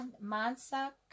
Mansa